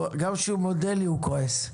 גם כשהוא מודה לי הוא כועס.